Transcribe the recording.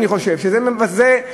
אני חושב שזה מבזה,